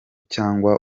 cyangwa